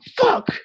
fuck